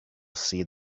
see